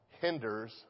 hinders